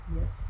Yes